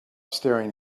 staring